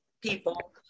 people